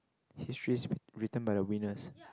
history's written by the winners